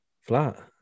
flat